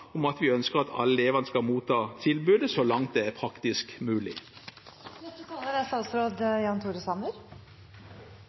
om at vi ønsker at alle elever skal motta tilbudet, så langt det er praktisk mulig. Det er